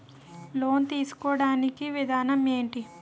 Loan తీసుకోడానికి విధానం ఏంటి?